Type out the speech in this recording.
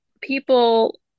people